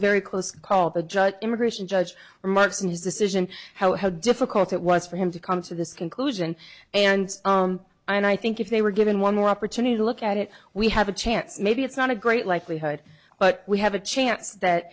very close call the judge immigration judge remarks in his decision how difficult it was for him to come to this conclusion and i think if they were given one more opportunity to look at it we have a chance maybe it's not a great likelihood but we have a chance that